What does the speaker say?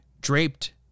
draped